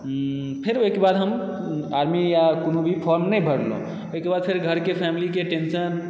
फेरु ओहिके बाद हम आर्मी या कोनो भी फॉर्म नहि भरलहुँ ओहिके बाद फेर घरके फैमिलीके टेंशन